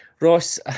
Ross